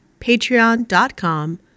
patreon.com